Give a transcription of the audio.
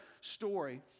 story